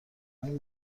های